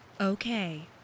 Okay